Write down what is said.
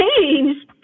changed